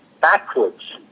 backwards